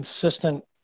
consistent